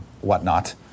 whatnot